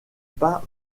pas